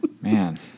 Man